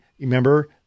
remember